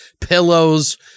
pillows